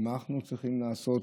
מה אנחנו צריכים לעשות?